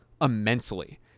immensely